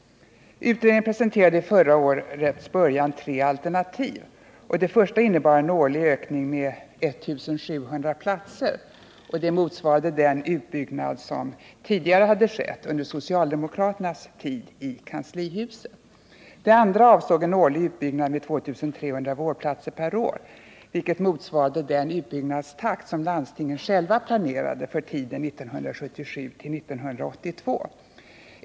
Utredningen presenterade vid förra årets början tre alternativ. Det första alternativet innebar en årlig ökning med 1700 platser. Det motsvarade den utbyggnad som tidigare skett, under socialdemokraternas tid i kanslihuset. Det andra alternativet avsåg en årlig utbyggnad med 2 300 platser per år, vilket motsvarade den utbyggnadstakt som landstingen själva planerade för tiden 1977-1982.